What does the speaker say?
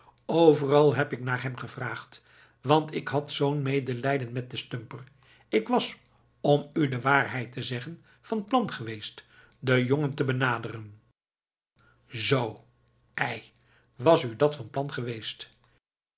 overal heb ik naar hem gevraagd want ik had zoo'n medelijden met den stumper ik was om u de waarheid te zeggen van plan geweest den jongen te benaderen zoo ei was u dat van plan geweest